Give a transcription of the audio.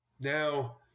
Now